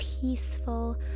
peaceful